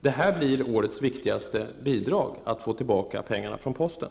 Det blir årets viktigaste bidrag att få tillbaka pengarna från posten.